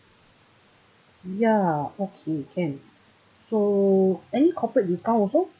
ya okay can so any corporate discount also